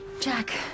Jack